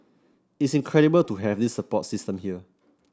it's incredible to have this support system here